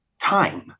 time